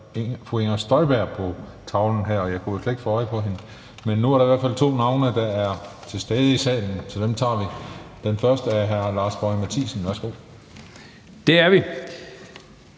»fru Inger Støjberg« på tavlen her, og jeg kunne slet ikke få øje på hende. Men nu er der i hvert fald navne på to, der er til stede i salen, så dem tager vi, og den første er hr. Lars Boje Mathiesen. Værsgo. Kl.